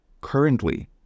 currently